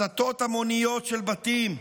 הצתות המוניות של בתים,